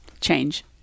change